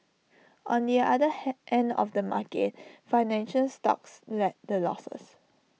on the other he end of the market financial stocks led the losses